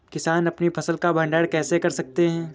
किसान अपनी फसल का भंडारण कैसे कर सकते हैं?